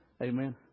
Amen